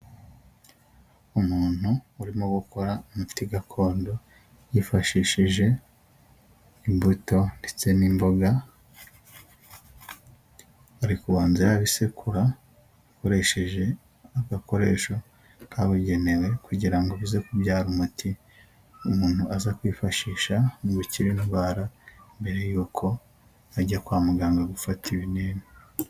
Umuntu urimo gukora muti gakondo yifashishije imbuto ndetse n'imboga, ari kubanza yabisekura akoresheje agakoresho kabugenewe kugira ubuze kubyara umuti umuntu aza kwifashisha ngo bikire indwara mbere yuko ajya kwa muganga gufata ibinini.